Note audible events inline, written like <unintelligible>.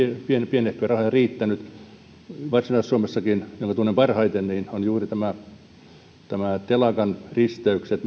pienehköjä rahoja riittänyt varsinais suomessakin jonka tunnen parhaiten on juuri telakan risteykset <unintelligible>